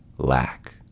Lack